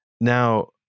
Now